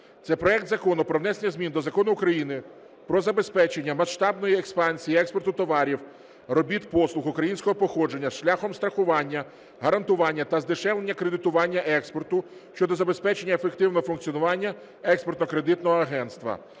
це проект Закону про внесення змін до Закону України "Про забезпечення масштабної експансії експорту товарів (робіт, послуг) українського походження шляхом страхування, гарантування та здешевлення кредитування експорту" щодо забезпечення ефективного функціонування експортно-кредитного агентства